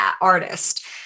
artist